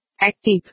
Active